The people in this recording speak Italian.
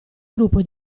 gruppo